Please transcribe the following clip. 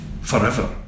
forever